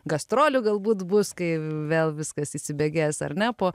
gastrolių galbūt bus kai vėl viskas įsibėgės ar ne po